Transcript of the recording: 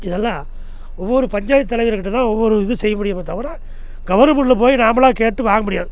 இதெல்லாம் ஒவ்வொரு பஞ்சாயத்து தலைவர்கிட்டதான் ஒவ்வொரு இதுவும் செய்ய முடியுமே தவிர கவர்மெண்ட்டில் போய் நாமளாக கேட்டு வாங்க முடியாது